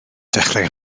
dechrau